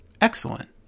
Excellent